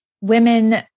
women